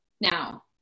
Now